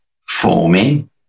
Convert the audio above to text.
forming